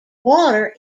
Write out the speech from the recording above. water